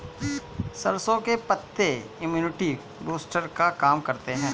सरसों के पत्ते इम्युनिटी बूस्टर का काम करते है